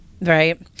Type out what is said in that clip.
right